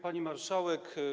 Pani Marszałek!